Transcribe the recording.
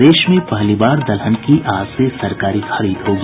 प्रदेश में पहली बार दलहन की आज से सरकारी खरीद होगी